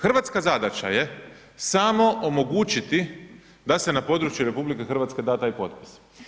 Hrvatska zadaća je samo omogućiti da se na području RH da taj potpis.